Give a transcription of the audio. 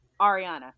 Ariana